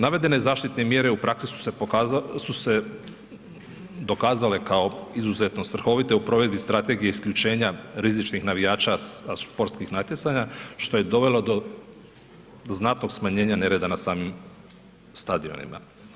Navedene zaštitne mjere u praksi su se dokazale kao izuzetno svrhovite u provedbi strategije isključenja rizičnih navijača sa sportskih natjecanja što je dovelo do znatnog smanjenja nereda na samim stadionima.